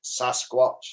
sasquatch